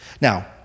Now